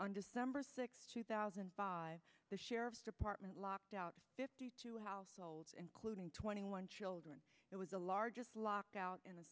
on december sixth two thousand and five the sheriff's department locked out fifty two households including twenty one children it was the largest lockout in a